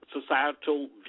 societal